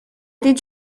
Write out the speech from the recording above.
did